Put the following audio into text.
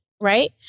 right